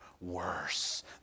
worse